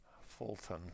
Fulton